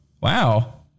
wow